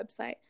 website